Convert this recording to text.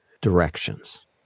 directions